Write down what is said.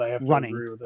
running